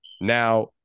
Now